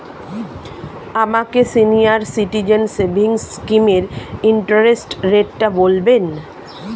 আমাকে senior citizen savings স্কিমের interest রেটটা বলবেন